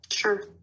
sure